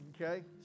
Okay